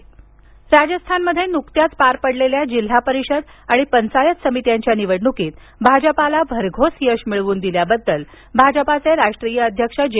राजस्थान राजस्थानमध्ये नुकत्याच पार पडलेल्या जिल्हा परिषद आणि पंचायत समित्यांच्या निवडणुकीत भाजपाला भरघोस यश मिळवून दिल्याबद्दल भाजपाचे राष्ट्रीय अध्यक्ष जे